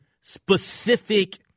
specific